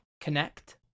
connect